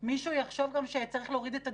מישהו יחשוב גם שצריך להוריד את הדיגומים,